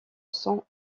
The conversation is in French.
son